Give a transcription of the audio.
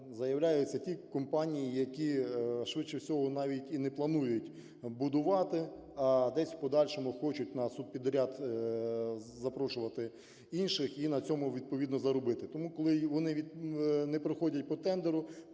заявляються ті компанії, які швидше всього навіть і не планують будувати, а десь у подальшому хочуть на субпідряд запрошувати інших і на цьому відповідно заробити. Тому, коли вони не проходять по тендеру,